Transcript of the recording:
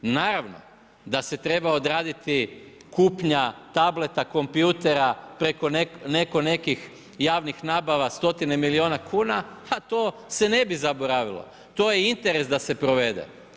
Naravno da se treba odraditi kupnja tableta, kompjutera, preko neko nekih javnih nabava 100 milijuna kuna, a to se ne bi zaboravilo, to je interes da se provede.